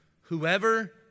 Whoever